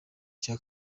cya